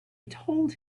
told